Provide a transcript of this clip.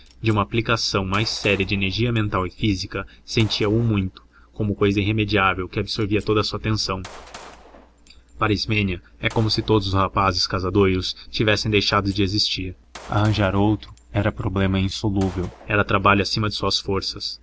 de uma aplicação mais séria de energia mental e física sentia o muito como cousa irremediável que absorvia toda a sua atenção para ismênia era como se todos os rapazes casadoiros tivessem deixado de existir arranjar outro era problema insolúvel era trabalho acima de suas forças